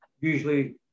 usually